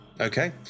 Okay